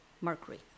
Mercury